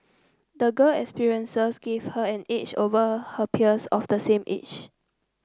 the girl experiences gave her an edge over her peers of the same age